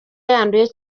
yanduye